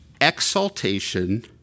exaltation